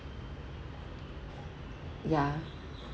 yeah